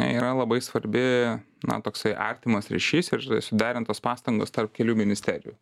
yra labai svarbi na toksai artimas ryšys ir suderintos pastangos tarp kelių ministerijų